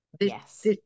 yes